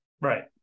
right